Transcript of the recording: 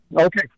Okay